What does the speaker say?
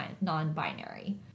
non-binary